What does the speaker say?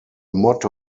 motto